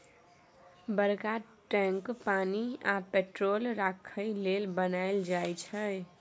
बरका टैंक पानि आ पेट्रोल राखय लेल बनाएल जाई छै